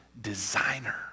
designer